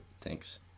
thanks